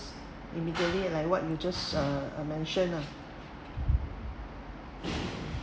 immediately like what you just uh mentioned lah